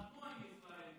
בעניין אזרחות,